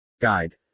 guide